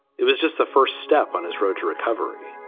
it was just the first step on his road to recovery.